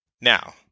Now